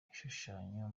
igishushanyo